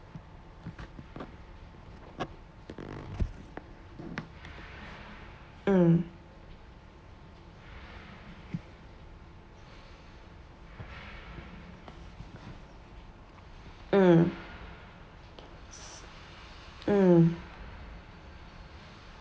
mm mm mm